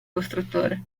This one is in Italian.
costruttore